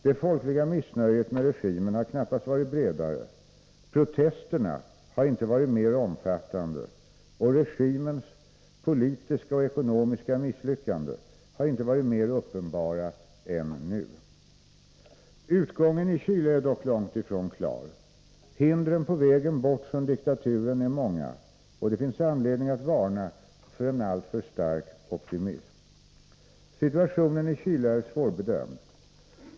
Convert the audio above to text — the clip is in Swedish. Det folkliga missnöjet med regimen har knappast varit bredare, protesterna har inte varit mer omfattande och regimens politiska och ekonomiska misslyckande har inte varit mer uppenbara än nu. Utgången i Chile är dock långt ifrån klar. Hindren på vägen bort från diktaturen är många, och det finns anledning att varna för en alltför stark optimism. Situationen i Chile är svårbedömd.